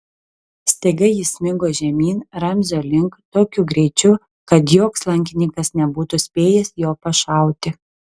staiga jis smigo žemyn ramzio link tokiu greičiu kad joks lankininkas nebūtų spėjęs jo pašauti